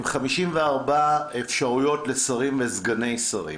עם 54 אפשרויות לשרים וסגני שרים.